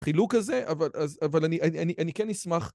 חילוק כזה אבל אני כן אשמח